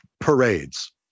parades